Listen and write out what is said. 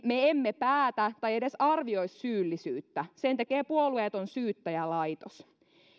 me emme päätä tai edes arvioi syyllisyyttä sen tekee puolueeton syyttäjälaitos